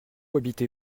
habitez